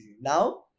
Now